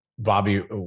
Bobby